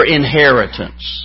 inheritance